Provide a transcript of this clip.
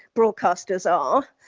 broadcasters are.